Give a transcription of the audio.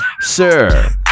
Sir